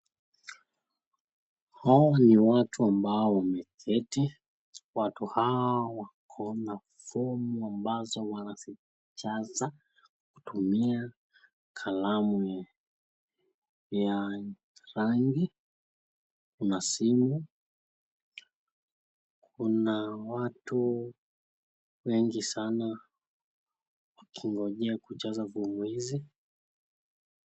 Hawa ni watu ambao wameketi. Watu hawa wako na fomu ambazo wanazijaza kutumia kalamu ya rangi na simu. Kuna watu wengi sana wakingojea kujaza fomu hizi.